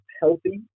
healthy